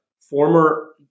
former